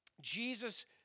Jesus